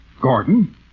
Gordon